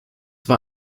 war